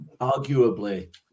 arguably